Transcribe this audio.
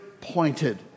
pointed